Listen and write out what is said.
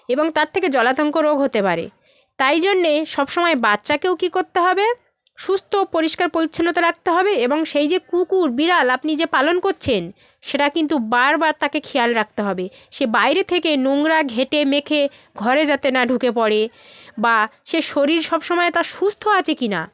এবং তারথেকে জলাতঙ্ক রোগ হতে পারে তাই জন্যে সব সময় বাচ্চাকেও কী করতে হবে সুস্থ পরিষ্কার পরিচ্ছন্নতা রাখতে হবে এবং সেই যে কুকুর বিড়াল আপনি যে পালন করছেন সেটা কিন্তু বারবার তাকে খেয়াল রাখতে হবে সে বাইরে থেকে নোংরা ঘেঁটে মেখে ঘরে যাতে না ঢুকে পড়ে বা সে শরীর সব সময় তার সুস্থ আছে কি না